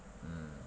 mm